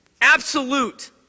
absolute